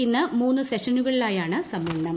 ഇന്ന് മൂന്ന് സെക്ഷനുകളിലായാണ് സമ്മേളനം